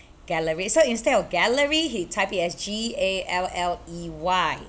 gallery so instead of gallery he typed it as G A L L E Y